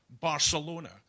Barcelona